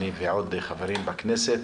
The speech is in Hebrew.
אני ועוד חברים בכנסת,